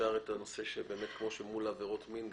בדיוק כמו שזה קיים בעבירות מין.